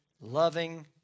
loving